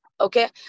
okay